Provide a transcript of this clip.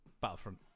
Battlefront